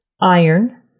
iron